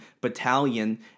battalion